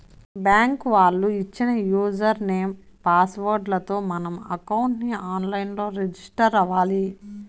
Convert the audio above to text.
bank వాళ్ళు ఇచ్చిన user name, password లతో మనం అకౌంట్ ని ఆన్ లైన్ లో రిజిస్టర్ అవ్వాలి